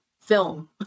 film